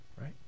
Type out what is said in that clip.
right